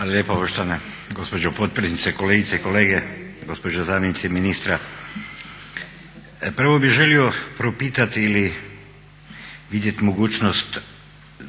lijepo poštovana gospođo potpredsjednice, kolegice i kolege, gospođo zamjenice ministra. Prvo bih želio propitati ili vidjeti mogućnost